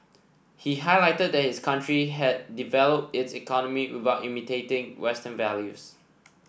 he highlighted that his country had developed its economy without imitating western values